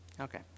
Okay